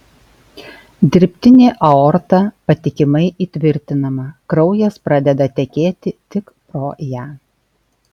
dirbtinė aorta patikimai įtvirtinama kraujas pradeda tekėti tik pro ją